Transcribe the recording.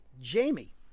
Jamie